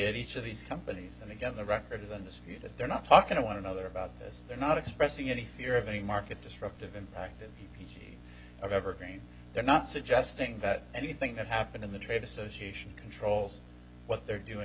at each of these companies and again the record on this view that they're not talking to one another about this they're not expressing any fear of any market disruptive impact of evergreen they're not suggesting that anything that happened in the trade association controls what they're doing